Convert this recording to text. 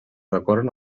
decoren